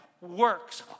works